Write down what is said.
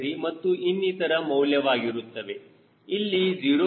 3 ಮತ್ತು ಇನ್ನಿತರ ಮೌಲ್ಯವಾಗಿರುತ್ತವೆ ಇಲ್ಲಿ 0